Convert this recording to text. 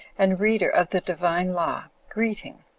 and reader of the divine law, greeting.